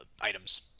items